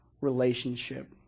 relationship